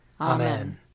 Amen